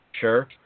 sure